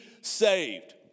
saved